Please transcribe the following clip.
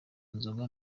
nzoga